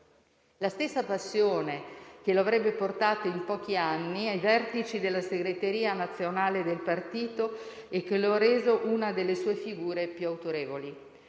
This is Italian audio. La stessa passione lo avrebbe portato in pochi anni ai vertici della segreteria nazionale del partito e lo ha reso una delle sue figure più autorevoli.